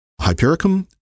hypericum